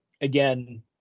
again